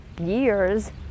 years